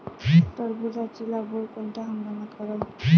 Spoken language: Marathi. टरबूजाची लागवड कोनत्या हंगामात कराव?